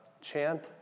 chant